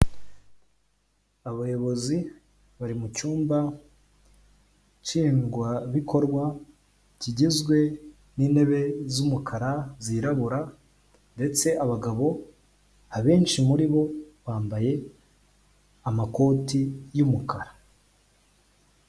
Abayobozi bari mu cyumba nshingwabikorwa kigizwe n'intebe z'umukara, zirabura ndetse abagabo benshi muri bo bambaye amakoti y'umukara.